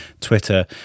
Twitter